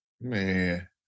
Man